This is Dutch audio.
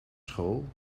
school